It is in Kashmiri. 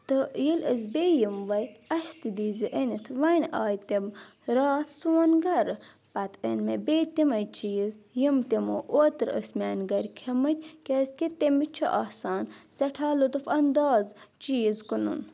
تہٕ ییٚلہِ أسۍ بیٚیہِ یِم وۄنۍ اَسہِ تہِ دیٖزِ أنِتھ وۄنۍ آیہِ تِم راتھ سون گَرٕ پَتہٕ أنۍ مےٚ بیٚیہِ تِمَے چیٖز یِم تِمو اوترٕ ٲسۍ میٛانہِ گَرِ کھیٚمٕتۍ کیٛازِکہِ تٔمِس چھُ آسان سؠٹھاہ لُطف اَنداز چیٖز کٕنُن